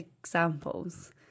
examples